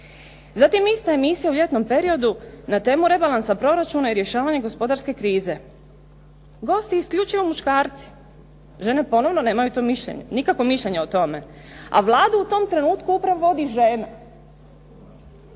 Zatim ista emisija u ljetnom periodu na temu rebalansa proračuna i rješavanja gospodarske krize. Gosti isključivo muškarci. Žene ponovno nemaju to mišljenje, nikakvo mišljenje o tome, a Vladu u tom trenutku upravo vodi žena.